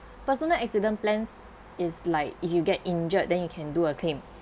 personal accident plans is like if you get injured then you can do a claim